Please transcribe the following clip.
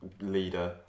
Leader